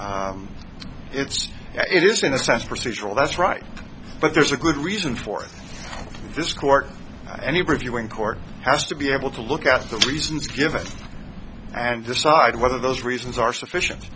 it's it is in a sense procedural that's right but there's a good reason for this court any reviewing court has to be able to look at the reasons given and decide whether those reasons are sufficient